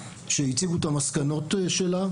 שהציגו את המסקנות שלה.